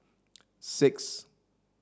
six